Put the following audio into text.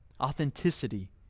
authenticity